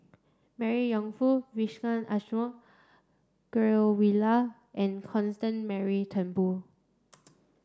Mary Yong Foong Vijesh Ashok Ghariwala and Constance Mary Turnbull